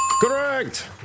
Correct